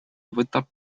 võtab